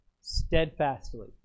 steadfastly